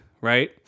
right